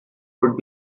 would